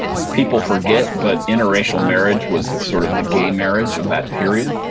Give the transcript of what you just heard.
people forget, but interracial marriage was sort of the gay marriage of that period.